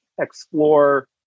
explore